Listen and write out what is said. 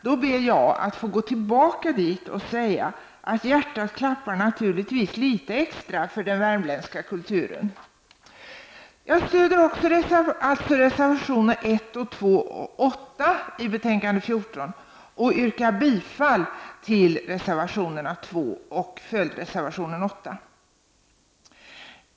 Jag ber därför att utifrån mina erfarenheter få säga att hjärtat naturligtvis klappar litet extra för den värmländska kulturen. Jag stöder reservationerna 1, 2 och 8 vid bostadsutskottets betänkande 14 och yrkar bifall till reservationerna 2 och 8.